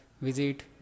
visit